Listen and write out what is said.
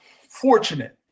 fortunate